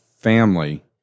family